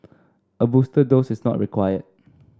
a booster dose is not required